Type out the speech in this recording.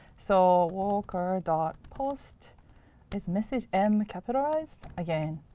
so worker dot post. is message m capitalized? again,